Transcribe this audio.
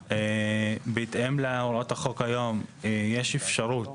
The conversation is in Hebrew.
בהתאם להוראות החוק היום, יש אפשרות